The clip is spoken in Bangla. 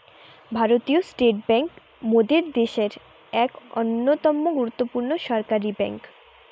ভারতীয় স্টেট বেঙ্ক মোদের দ্যাশের এক অন্যতম গুরুত্বপূর্ণ সরকারি বেঙ্ক